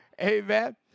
Amen